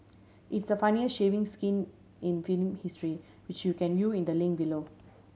it's the funniest shaving skin in film history which you can view in the link below